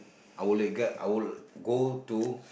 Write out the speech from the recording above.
I will like go I will go to